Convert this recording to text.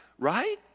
right